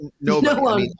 no